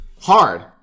Hard